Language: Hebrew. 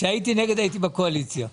כשהייתי נגד הייתי בקואליציה.